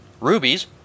Rubies